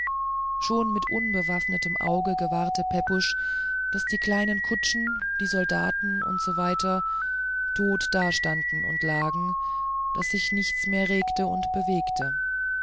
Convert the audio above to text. schon mit unbewaffnetem auge gewahrte pepusch daß die kleinen kutschen die soldaten u s w tot da standen und lagen daß sich nichts mehr regte und bewegte